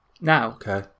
Now